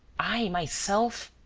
i myself?